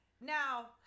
Now